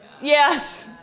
Yes